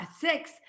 six